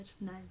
No